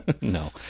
no